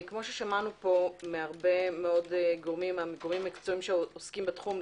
כפי ששמענו פה מהגורמים המקצועיים שעוסקים בתחום,